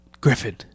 Griffin